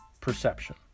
perception